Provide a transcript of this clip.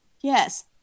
yes